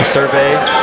Surveys